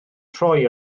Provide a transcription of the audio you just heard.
troi